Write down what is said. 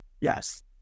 Yes